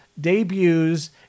debuts